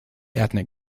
ethnic